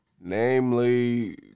Namely